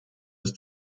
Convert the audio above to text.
das